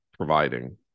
providing